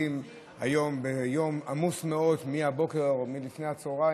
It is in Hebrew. היום ביום עמוס מאוד מלפני הצוהריים,